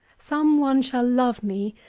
some one shall love me,